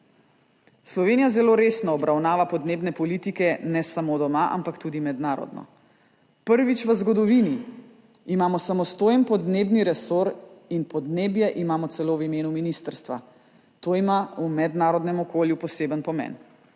Slovenija zelo resno obravnava podnebne politike ne samo doma, ampak tudi mednarodno. Prvič v zgodovini imamo samostojen podnebni resor in podnebje imamo celo v imenu ministrstva. To ima v mednarodnem okolju poseben pomen.